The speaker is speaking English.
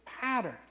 pattern